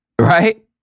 right